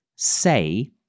say